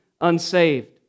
unsaved